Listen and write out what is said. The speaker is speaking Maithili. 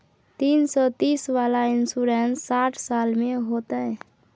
तीन सौ तीस वाला इन्सुरेंस साठ साल में होतै?